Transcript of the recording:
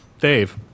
Dave